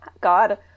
God